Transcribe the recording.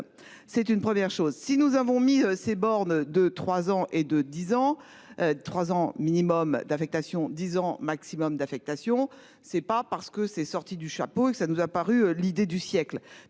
C'est une première chose. Si nous avons mis ces bornes de 3 ans et de 10 ans. Trois ans minimum d'affectation 10 ans maximum d'affectation. C'est pas parce que c'est sorti du chapeau et que ça nous a paru l'idée du siècle